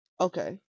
Okay